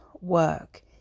work